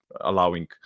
allowing